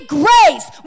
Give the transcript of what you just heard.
grace